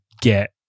get